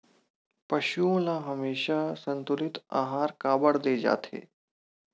पशुओं ल हमेशा संतुलित आहार काबर दे जाथे?